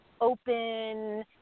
open